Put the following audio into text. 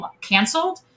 canceled